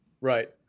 Right